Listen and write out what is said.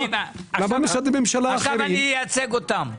עכשיו אני מייצג אותם.